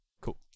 Cool